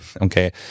Okay